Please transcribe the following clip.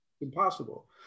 impossible